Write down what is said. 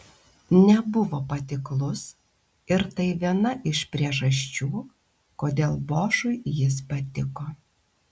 nebuvo patiklus ir tai viena iš priežasčių kodėl bošui jis patiko